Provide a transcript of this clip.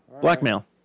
Blackmail